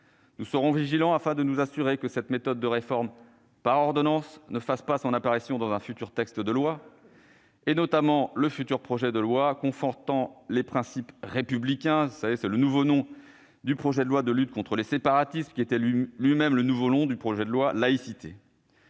Nous serons vigilants afin de nous assurer que cette méthode de réforme par ordonnance ne fasse pas son apparition dans un futur texte de loi, notamment le projet de loi « confortant les principes républicains », nouveau nom du projet de loi de lutte « contre les séparatismes », lui-même le nouveau nom du projet de loi « laïcité ».